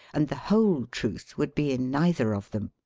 and the whole truth would be in neither of them.